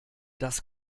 das